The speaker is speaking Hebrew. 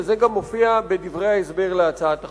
וזה גם מופיע בדברי ההסבר להצעת החוק.